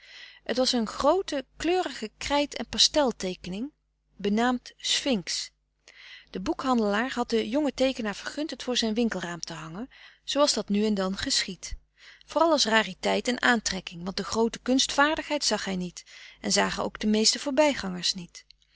het was een groote kleurige krijt en pastel teekening benaamd sphinx de boekhandelaar had den jongen teekenaar vergund het voor zijn winkelraam te hangen zooals dat nu en dan geschiedt vooral als rariteit en aantrekking want de groote kunstvaardigheid zag hij niet en zagen ook de meeste voorbijgangers niet